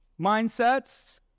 Mindsets